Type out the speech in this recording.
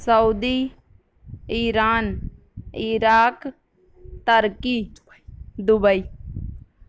Saudi Iran Iraq Turkey Dubai